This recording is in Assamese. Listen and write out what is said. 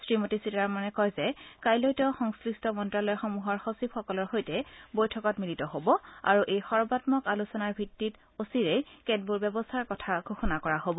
শ্ৰীমতী সীতাৰমনে কয় যে কাইলৈ তেওঁ সংশ্লিষ্ট মন্ত্ৰালয়সমূহৰ সচিবসকলৰ সৈতে বৈঠকত মিলিত হব আৰু এই সৰ্বামক আলোচনাৰ ভিত্তিত অচিৰেই কেতবোৰ ব্যৱস্থাৰ কথা ঘোষণা কৰা হব